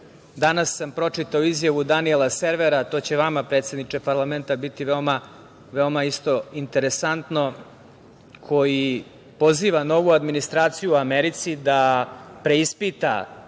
sam pročitao izjavu Danijela Servera, a to će vama, predsedniče parlamenta, biti veoma interesantno, koji poziva novu administraciju u Americi da preispita